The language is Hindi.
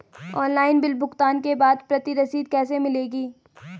ऑनलाइन बिल भुगतान के बाद प्रति रसीद कैसे मिलेगी?